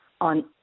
on